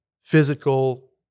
physical